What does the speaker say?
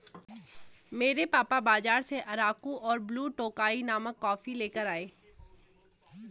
मेरे पापा बाजार से अराकु और ब्लू टोकाई नामक कॉफी लेकर आए